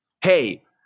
Hey